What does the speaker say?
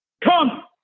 come